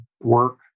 work